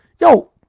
yo